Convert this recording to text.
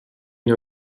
une